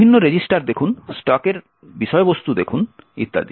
বিভিন্ন রেজিস্টার দেখুন স্ট্যাকের বিষয়বস্তু দেখুন ইত্যাদি